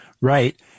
Right